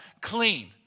clean